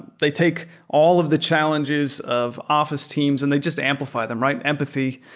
they take all of the challenges of offi ce teams and they just amplify them, right? empathy,